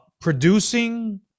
producing